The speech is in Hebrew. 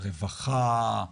הרווחה,